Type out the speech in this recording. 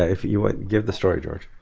if you would, give the story, george.